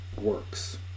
works